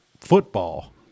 football